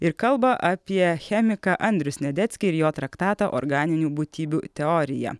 ir kalba apie chemiką andrių snedeckį ir jo traktatą organinių būtybių teorija